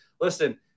listen